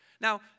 Now